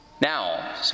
Now